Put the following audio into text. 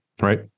right